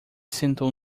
sentou